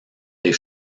des